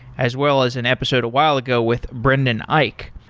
as well as an episode a while ago with brendan ike.